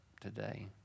today